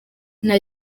nta